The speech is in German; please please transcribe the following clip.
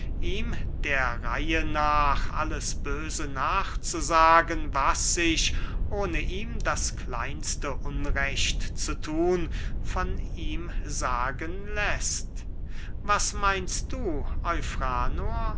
der reihe nach alles böse nachzusagen was sich ohne ihm das kleinste unrecht zu thun von ihm sagen läßt was meinst du